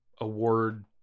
award